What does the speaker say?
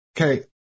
Okay